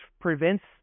prevents